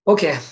Okay